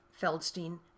Feldstein